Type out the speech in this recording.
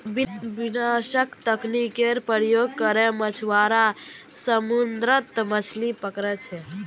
विनाशक तकनीकेर प्रयोग करे मछुआरा समुद्रत मछलि पकड़ छे